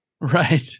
Right